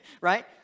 Right